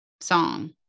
song